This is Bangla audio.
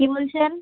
কী বলছেন